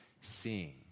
seeing